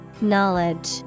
Knowledge